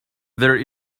there